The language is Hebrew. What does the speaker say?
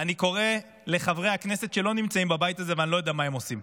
אני קורא לחברי הכנסת שלא נמצאים בבית הזה ואני לא יודע מה הם עושים: